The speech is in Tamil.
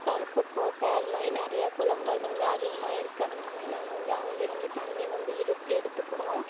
கருப்புக்கோட்டை அது மாதிரி நிறைய குளங்கள் வந்து அதிகமாக இருக்கறனால் நாங்கள் வந்து அங்கேயிருந்து தண்ணி வந்து இழுத்து எடுத்துக்குறோம்